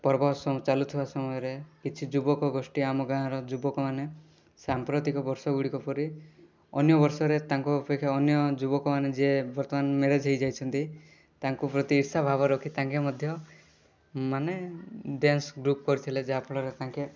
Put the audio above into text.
ପର୍ବ ଚାଲୁଥିବା ସମୟରେ କିଛି ଯୁବକଗୋଷ୍ଠୀ ଆମ ଗାଁର ଯୁବକମାନେ ସାମ୍ପ୍ରତିକ ବର୍ଷଗୁଡ଼ିକପରି ଅନ୍ୟ ବର୍ଷରେ ତାଙ୍କ ଅପେକ୍ଷା ଅନ୍ୟ ଯୁବକମାନେ ଯିଏ ବର୍ତ୍ତମାନ ମ୍ୟାରେଜ ହେଇଯାଇଛନ୍ତି ତାଙ୍କ ପ୍ରତି ଇର୍ଷା ଭାବ ରଖି ତାଙ୍କେ ମଧ୍ୟ ମାନେ ଡାନ୍ସ ଗ୍ରୁପ୍ କରିଥିଲେ ଯାହାଫଳରେ ତାଙ୍କେ